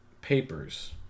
papers